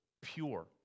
pure